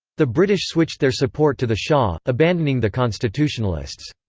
the british switched their support to the shah, abandoning the constitutionalists.